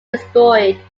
destroyed